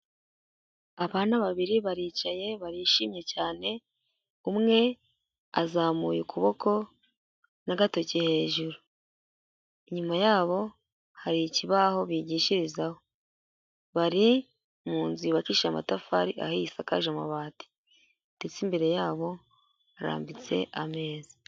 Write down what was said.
Abana babiri baricaye barishimye cyane, umwe azamuye ukuboko n'agatoke hejuru. Inyuma yabo hari ikibaho bigishirizaho. Bari mu nzu yubakishije amatafari, aho isakaje amabati ndetse imbere yabo harambitse ameza.